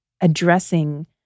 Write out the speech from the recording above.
addressing